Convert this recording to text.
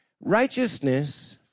Righteousness